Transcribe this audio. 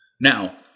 Now